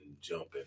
jumping